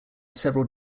several